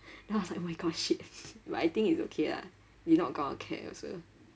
then I was like oh my god shit but I think it's okay lah they not going to care also